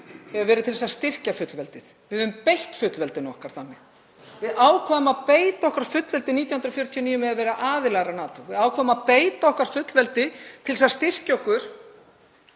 hefur verið til að styrkja fullveldið. Við höfum beitt fullveldinu okkar þannig. Við ákváðum að beita okkar fullveldi 1949 með því að verða aðilar að NATO. Við ákváðum að beita okkar fullveldi til þess að styrkja okkur